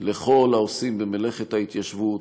לכל העושים במלאכת ההתיישבות,